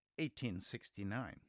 1869